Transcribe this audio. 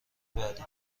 بعدی